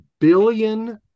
billion